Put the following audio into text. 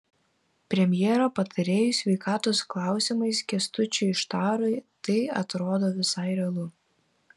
premjero patarėjui sveikatos klausimais kęstučiui štarui tai atrodo visai realu